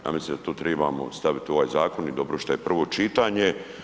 A mislim da tu tribamo staviti ovaj zakon i dobro šta je prvo čitanje.